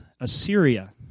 Assyria